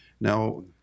Now